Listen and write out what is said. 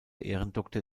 ehrendoktor